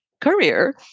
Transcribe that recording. career